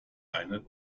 eine